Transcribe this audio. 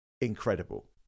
incredible